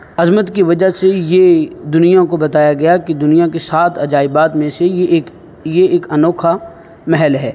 عظمت کی وجہ سے یہ دنیا کو بتایا گیا کہ دنیا کی سات عجائبات میں سے یہ ایک یہ ایک انوکھا محل ہے